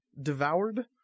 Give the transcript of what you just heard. devoured